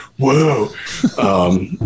Whoa